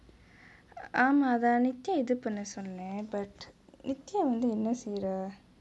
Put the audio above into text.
ஆமா அத அன்னிக்கே இது பன்ன சொன்னே:aama athe annikke ithu panne sonne but nithiya வந்து என்ன செஞ்சா:vanthu enna senjaa